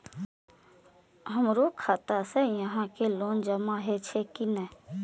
हमरो खाता से यहां के लोन जमा हे छे की ने?